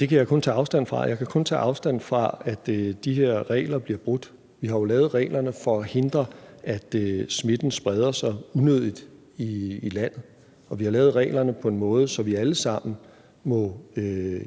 det kan jeg kun tage afstand fra. Jeg kan kun tage afstand fra, at de her regler bliver brudt. Vi har jo lavet reglerne for at hindre, at smitten spreder sig unødigt i landet. Og vi har lavet reglerne på en måde, så vi alle sammen må